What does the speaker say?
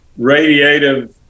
Radiative